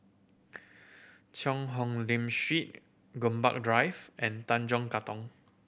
Cheang Hong Lim Street Gombak Drive and Tanjong Katong